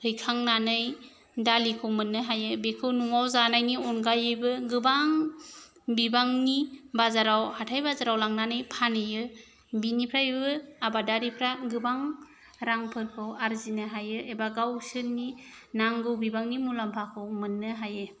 हैखांनानै दालिखौ मोननो हायो बेखौ न'आव जानायनि अनगायैबो गोबां बिबांनि बाजाराव हाथाइ बाजाराव लांनानै फानहैयो बिनिफ्रायबो आबादारिफ्रा गोबां रांफोरखौ आरजिनो हायो एबा गावसोरनि नांगौ बिबांनि मुलाम्फाखौ मोननो हायो